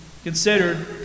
Considered